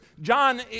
John